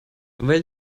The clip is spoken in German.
weil